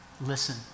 listen